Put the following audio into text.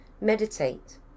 Meditate